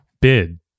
bid